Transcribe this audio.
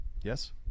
Yes